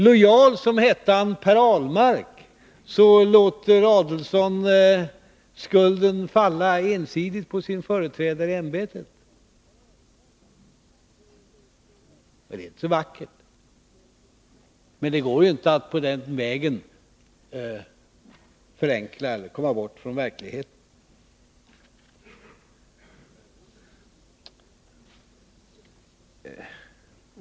Lojal som Per Ahlmark låter Ulf Adelsohn skulden falla ensidigt på sin företrädare i ämbetet. Det är inte så vackert. Men det går inte att på den vägen komma bort från verkligheten.